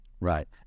Right